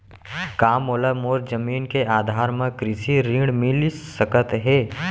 का मोला मोर जमीन के आधार म कृषि ऋण मिलिस सकत हे?